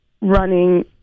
running